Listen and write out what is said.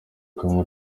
congo